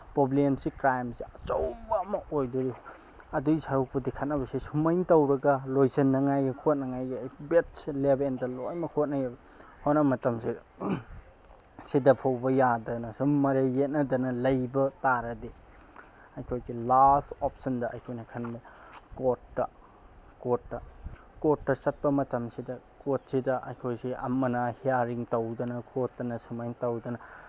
ꯄ꯭ꯔꯣꯕ꯭ꯂꯦꯝꯁꯤ ꯀ꯭ꯔꯥꯏꯝꯁꯤ ꯑꯆꯧꯕ ꯑꯃ ꯑꯣꯏꯗꯧꯔꯤ ꯑꯗꯨꯒꯤ ꯁꯔꯨꯛꯄꯨꯗꯤ ꯈꯠꯅꯕꯁꯤ ꯁꯨꯃꯥꯏꯅ ꯇꯧꯔꯒ ꯂꯣꯏꯁꯟꯅꯉꯥꯏꯒꯤ ꯈꯣꯠꯅꯉꯥꯏꯒꯤ ꯕꯦꯠꯁ ꯂꯦꯕꯦꯟꯗ ꯂꯣꯏꯅꯃꯛ ꯍꯣꯠꯅꯩꯑꯕ ꯍꯣꯠꯅꯕ ꯃꯇꯝꯁꯤꯗ ꯁꯤꯗꯐꯥꯎꯕ ꯌꯥꯗꯅ ꯁꯨꯝ ꯃꯔꯩ ꯌꯦꯠꯅꯗꯅ ꯂꯩꯕ ꯇꯥꯔꯗꯤ ꯑꯩꯈꯣꯏꯒꯤ ꯂꯥꯁ ꯑꯣꯞꯁꯟꯗ ꯑꯩꯈꯣꯏꯅ ꯈꯟꯕꯗ ꯀꯣꯔꯠꯇ ꯀꯣꯔꯠꯇ ꯀꯣꯔꯠꯇ ꯆꯠꯄ ꯃꯇꯝꯁꯤꯗ ꯀꯣꯔꯠꯁꯤꯗ ꯑꯩꯈꯣꯏꯁꯦ ꯑꯃꯅ ꯍꯤꯌꯥꯔꯤꯡ ꯇꯧꯗꯅ ꯈꯣꯠꯇꯅ ꯁꯨꯃꯥꯏꯅ ꯇꯧꯗꯅ